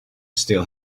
still